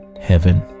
Heaven